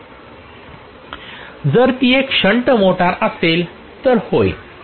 प्राध्यापक जर ती एक शंट मोटर असेल तर होय